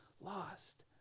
lost